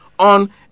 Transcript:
On